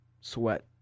Sweat